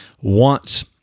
want